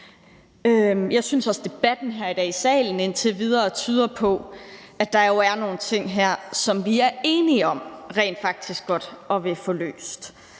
Jeg synes også, at debatten i salen i dag indtil videre tyder på, at der er nogle ting her, som vi er enige om rent faktisk gerne at ville løse.